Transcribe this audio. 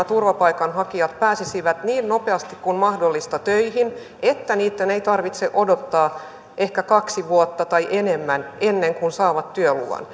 turvapaikanhakijat pääsisivät niin nopeasti kuin mahdollista töihin että heidän ei tarvitse odottaa ehkä kaksi vuotta tai enemmän ennen kuin saavat työluvan